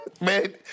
Man